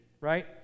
right